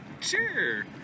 Sure